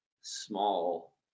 small